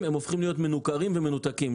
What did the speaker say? הם הופכים להיות מנוכרים ומנותקים.